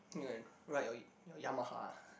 ride your Yamaha